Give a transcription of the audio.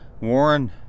Warren